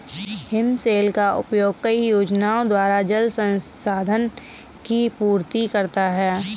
हिमशैल का उपयोग कई योजनाओं द्वारा जल संसाधन की पूर्ति करता है